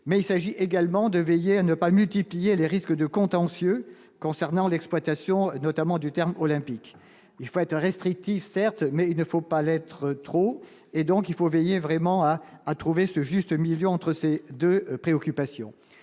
mais il s'agit également de veiller à ne pas multiplier les risques de contentieux concernant l'exploitation et notamment du terme olympique, il faut être restrictif, certes, mais il ne faut pas l'être trop, et donc il faut veiller vraiment à à trouver ce juste mais a entre ces 2 préoccupations,